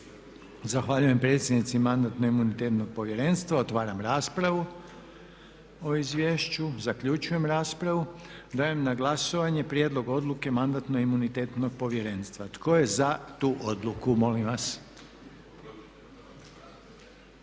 Zahvaljujem predsjednici Mandatno-imunitetnog povjerenstva. Otvaram raspravu o izvješću. Zaključujem raspravu. Dajem na glasovanje prijedlog odluke Mandatno-imunitetnog povjerenstva. Tko je za tu odluku, molim vas?